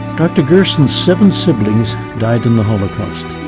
dr. gerson's seven siblings died in the holocaust.